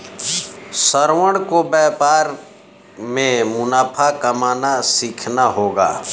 श्रवण को व्यापार में मुनाफा कमाना सीखना होगा